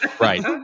Right